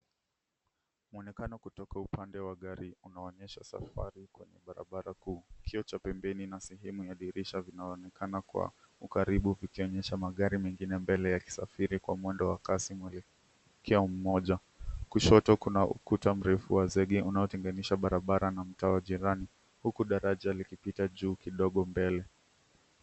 Mwonekano kutoka upande wa gari, unaonyesha safari kwenye barabara kuu. Kioo cha pembeni na sehemu ya dirisha, vinaonekana kwa ukaribu vikionyesha magari mengine mbele, yakisafiri kwa mwendo wa kasi, mwelekeo mmoja. Kushoto kuna ukuta mrefu wa zege, unaotenganisha barabara na mtaa wa jirani, huku daraja likipita juu kidogo mbele.